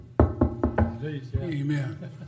Amen